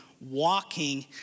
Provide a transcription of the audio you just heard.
walking